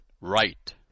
right